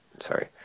Sorry